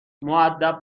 مودب